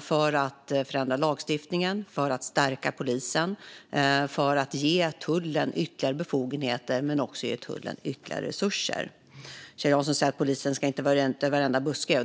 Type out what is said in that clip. för att förändra lagstiftningen, stärka polisen och ge tullen ytterligare befogenheter och resurser. Kjell Jansson säger att polisen inte ska vara ute i varenda buske.